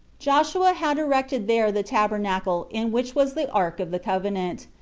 joshua had erected there the tabernacle in which was the ark of the covenant,